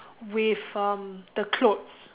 with um the clothes